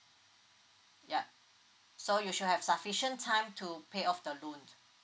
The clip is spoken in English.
yup so you sure have sufficient time to pay off the loan